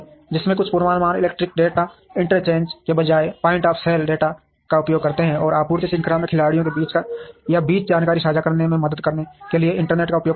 जिनमें से कुछ पूर्वानुमान इलेक्ट्रॉनिक डेटा इंटरचेंज के बजाय पॉइंट ऑफ़ सेल डेटा का उपयोग करते हैं और आपूर्ति श्रृंखला में खिलाड़ियों के बीच या बीच जानकारी साझा करने में मदद करने के लिए इंटरनेट का उपयोग करते हैं